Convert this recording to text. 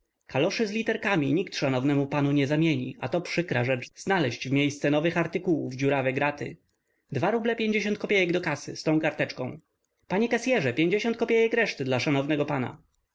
kaloszy z literkami nikt szanownemu panu nie zamieni a to przykra rzecz znaleść w miejsce nowych artykułów dziurawe graty dwa ruble pięćdziesiąt kopiejek do kasy z tą karteczką panie kasyerze pięćdziesiąt kopiejek reszty dla szanownego pana